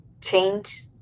change